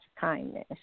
kindness